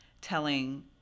telling